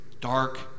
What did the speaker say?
dark